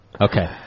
Okay